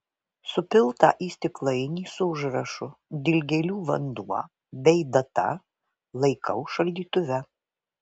supiltą į stiklainį su užrašu dilgėlių vanduo bei data laikau šaldytuve